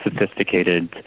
sophisticated